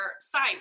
site